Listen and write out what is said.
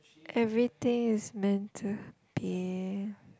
everything is meant to be